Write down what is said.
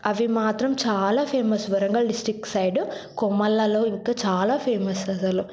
అవి మాత్రం చాలా ఫేమస్ వరంగల్ డిస్ట్రిక్ట్ సైడు కోమాలలో ఇంకా చాలా ఫేమస్ అస్సలు